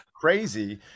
crazy